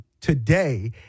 today